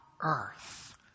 earth